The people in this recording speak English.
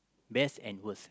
best and worst